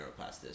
neuroplasticity